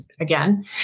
again